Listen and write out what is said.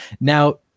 Now